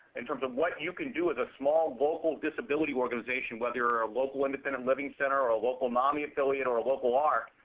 in terms of what you can do as a small, local disability organization, whether you're a local independent living center, or a local nami affiliate, or a local arc.